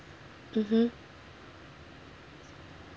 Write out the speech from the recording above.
mmhmm